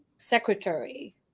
secretary